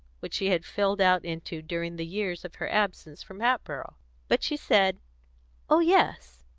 which she had filled out into during the years of her absence from hatboro' but she said oh yes,